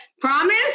promise